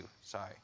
sorry